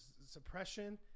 Suppression